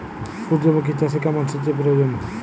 সূর্যমুখি চাষে কেমন সেচের প্রয়োজন?